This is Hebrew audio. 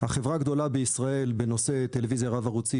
החברה הגדולה בישראל בנושא טלוויזיה רב-ערוצית,